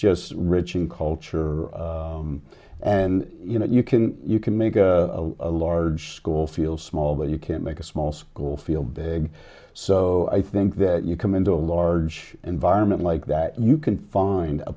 just rich in culture and you know you can you can make a large school feel small but you can make a small school feel big so i think that you come into a large environment like that you can find a